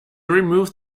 remove